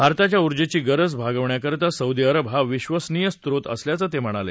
भारताच्या ऊर्जेची गरज भागविण्याकरिता सौदी अरब हा विबसनिय स्रोत असल्याचं ते म्हणाले